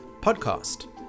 podcast